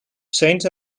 saint